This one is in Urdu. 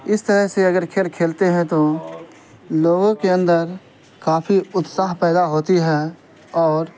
اس طرح سے اگر کھیل کھیلتے ہیں تو لوگوں کے اندر کافی اتساہ پیدا ہوتی ہے اور